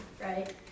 right